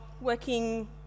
working